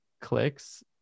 clicks